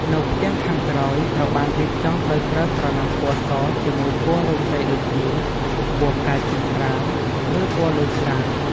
នៅផ្ទាំងខាងក្រោយ ត្រូវបានរៀបចំដោយប្រើក្រណាត់ពណ៌សជាមួយពណ៌រោងជ័យដូចជា ពណ៌ផ្កាឈូកស្រាល ឬពណ៌លឿងស្រាល។